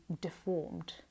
deformed